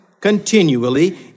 continually